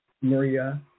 maria